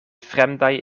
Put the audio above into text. fremdaj